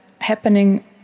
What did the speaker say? happening